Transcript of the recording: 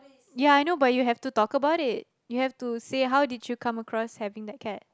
ya I know but you have to talk about it